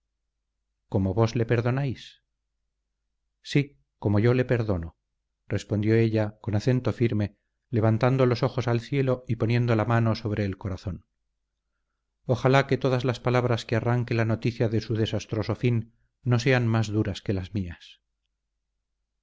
cómo vos le perdonáis sí como yo le perdono respondió ella con acento firme levantando los ojos al cielo y poniendo la mano sobre el corazón ojalá que todas las palabras que arranque la noticia de su desastroso fin no sean más duras que las mías